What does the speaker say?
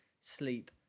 sleep